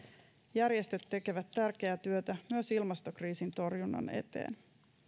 järjestöt tekevät tärkeää työtä myös ilmastokriisin torjunnan eteen